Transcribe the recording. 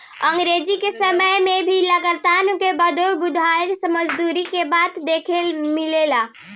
अंग्रेज के समय में भी लगान के बदले बंधुआ मजदूरी के बात देखे के मिलेला